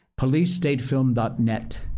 PoliceStateFilm.net